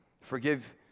Forgive